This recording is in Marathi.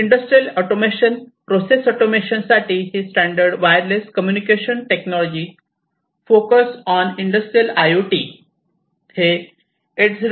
इंडस्ट्रियल ऑटोमेशन प्रोसेस ऑटोमेशन साठी ही standard wireless communication technology focus on industrial I O T